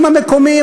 הערבים המקומיים,